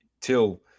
till